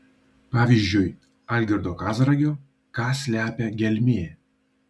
pavyzdžiui algirdo kazragio ką slepia gelmė